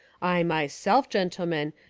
i, myself, gentle men,